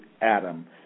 Adam